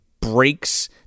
breaks